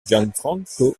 gianfranco